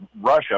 Russia